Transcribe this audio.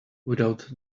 without